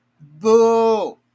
Boo